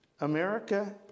America